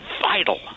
vital